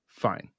fine